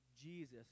Jesus